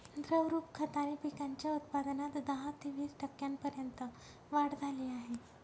द्रवरूप खताने पिकांच्या उत्पादनात दहा ते वीस टक्क्यांपर्यंत वाढ झाली आहे